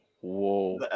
whoa